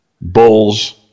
Bulls